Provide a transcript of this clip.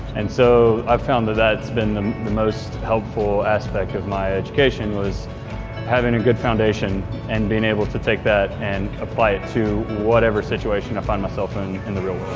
and so i found that's been the most helpful aspect of my education was having a good foundation and being able to take that and apply it to whatever situation i find myself in in the real